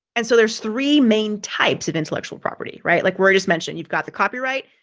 and so there's three main types of intellectual property, right? like we're just mentioned, you've got the copyright,